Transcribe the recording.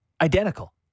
Identical